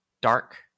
dark